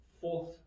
fourth